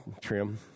trim